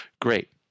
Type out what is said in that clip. great